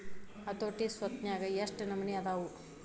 ಹತೋಟಿ ಸ್ವತ್ನ್ಯಾಗ ಯೆಷ್ಟ್ ನಮನಿ ಅದಾವು?